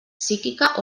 psíquica